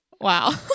wow